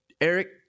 Eric